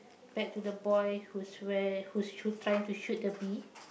back to the boy who's where who's shoot trying to shoot the bee